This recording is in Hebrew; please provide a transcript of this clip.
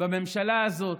בממשלה הזאת,